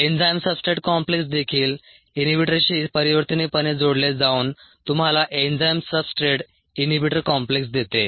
enzyme substrate complex देखील इनहिबिटरशी परिवर्तनीयपणे जोडले जाऊन तुम्हाला एन्झाइम सबस्ट्रेट इनहिबिटर कॉम्प्लेक्स देते